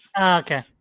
okay